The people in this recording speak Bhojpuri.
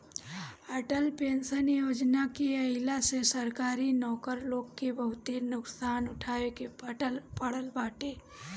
अटल पेंशन योजना के आईला से सरकारी नौकर लोग के बहुते नुकसान उठावे के पड़ल बाटे